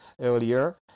earlier